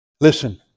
Listen